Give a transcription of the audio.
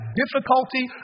difficulty